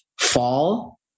fall